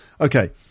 Okay